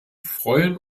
freuen